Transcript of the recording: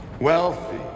Wealthy